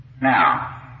Now